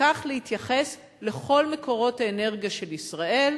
וכך להתייחס לכל מקורות האנרגיה של ישראל.